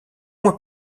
mois